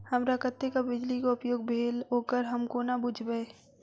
हमरा कत्तेक बिजली कऽ उपयोग भेल ओकर हम कोना बुझबै?